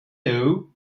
low